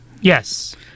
Yes